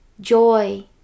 joy